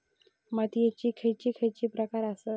मातीयेचे खैचे खैचे प्रकार आसत?